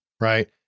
right